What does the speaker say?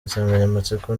insanganyamatsiko